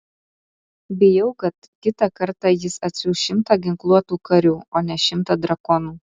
bijau kad kitą kartą jis atsiųs šimtą ginkluotų karių o ne šimtą drakonų